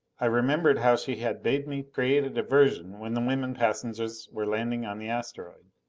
i remembered how she had bade me create a diversion when the women passengers were landing on the asteroid.